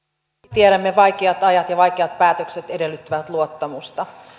tiedämme vaikeat ajat ja vaikeat päätökset edellyttävät luottamusta